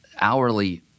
hourly